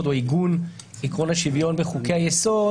או עיגון עיקרון השוויון בחוקי-היסוד,